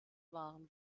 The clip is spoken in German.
waren